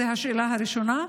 זו השאלה הראשונה.